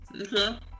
Okay